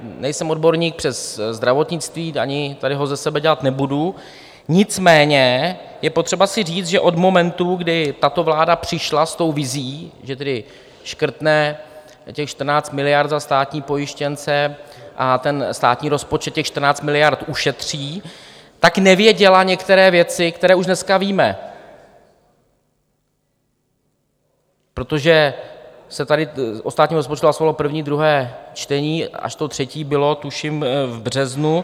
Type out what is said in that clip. Nejsem odborník přes zdravotnictví a ani ho tady ze sebe dělat nebudu, nicméně je potřeba si říct, že od momentu, kdy tato vláda přišla s tou vizí, že tedy škrtne těch 14 miliard za státní pojištěnce a ten státní rozpočet těch 14 miliard ušetří, tak nevěděla některé věci, které už dneska víme, protože se tady o státním rozpočtu hlasovalo první, druhé čtení, až to třetí bylo tuším v březnu.